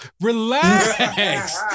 Relax